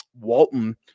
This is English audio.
walton